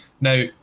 Now